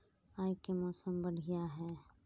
आय के मौसम बढ़िया है?